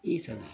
यही सब है